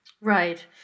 Right